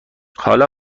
حالا